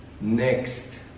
next